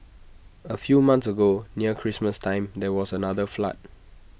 A few months ago near Christmas time there was another flood